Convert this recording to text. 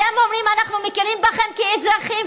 אתם אומרים: אנחנו מכירים בכם כאזרחים,